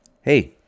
Hey